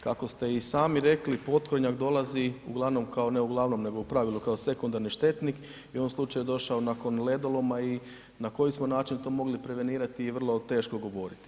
Kako ste i sami rekli potkornjak dolazi uglavnom kao, ne uglavnom nego u pravilu kao sekundarni štetnik i u ovom slučaju došao nakon ledoloma i na koji smo način to mogli prevenirati je vrlo teško govoriti.